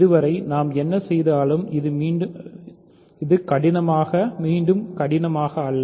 இதுவரை நாம் என்ன செய்தாலும் இது மீண்டும் கடினம் அல்ல